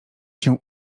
się